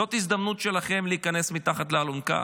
זאת ההזדמנות שלכם להיכנס מתחת לאלונקה.